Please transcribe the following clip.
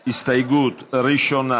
על ההסתייגות הראשונה,